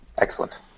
Excellent